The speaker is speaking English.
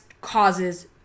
causes